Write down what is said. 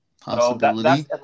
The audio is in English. possibility